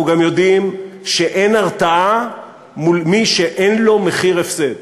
אנחנו גם יודעים שאין הרתעה מול מי שאין לו מחיר הפסד.